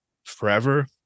Forever